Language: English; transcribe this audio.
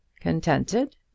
Contented